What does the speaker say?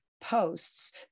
posts